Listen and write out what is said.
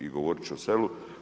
I govoriti ću o selu.